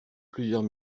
plusieurs